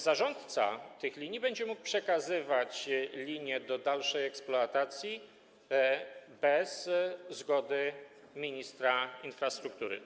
Zarządca tych linii będzie mógł przekazywać linie do dalszej eksploatacji bez zgody ministra infrastruktury.